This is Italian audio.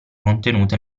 contenute